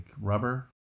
rubber